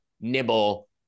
nibble